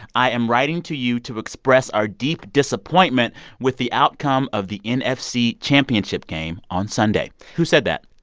i am writing to you to express our deep disappointment with the outcome of the nfc championship game on sunday. who said that?